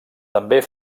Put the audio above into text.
també